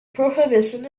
prohibition